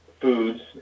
foods